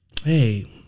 Hey